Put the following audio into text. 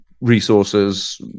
resources